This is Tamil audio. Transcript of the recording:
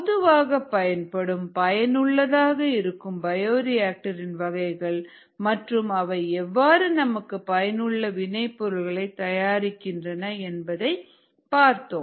பொதுவாக பயன்படும் பயனுள்ளதாக இருக்கும் பயோரிஆக்டர் இன் வகைகள் மற்றும் அவை எவ்வாறு நமக்கு பயனுள்ள வினை பொருட்களை தயாரிக்கின்றன என்பதை பார்த்தோம்